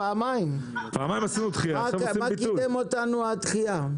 במה קידמה אותנו הדחייה?